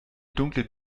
dunkle